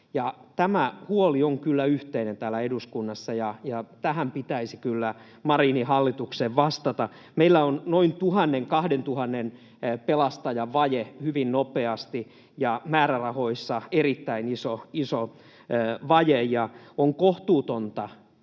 Tämä huoli on kyllä yhteinen täällä eduskunnassa, ja tähän pitäisi kyllä Marinin hallituksen vastata. Meillä on noin 1 000—2 000 pelastajan vaje hyvin nopeasti ja määrärahoissa erittäin iso vaje, ja on kohtuutonta